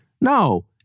no